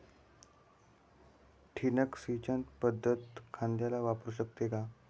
ठिबक सिंचन पद्धत कांद्याला वापरू शकते का?